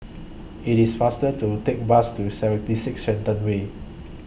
IT IS faster to Take Bus to seventy six Shenton Way